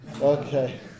Okay